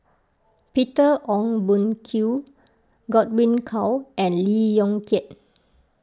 Peter Ong Boon Kwee Godwin Koay and Lee Yong Kiat